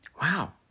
Wow